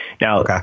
Now